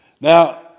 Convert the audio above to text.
Now